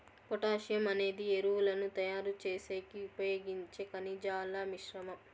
potassium అనేది ఎరువులను తయారు చేసేకి ఉపయోగించే ఖనిజాల మిశ్రమం